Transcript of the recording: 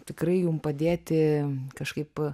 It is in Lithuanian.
tikrai jum padėti kažkaip